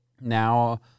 Now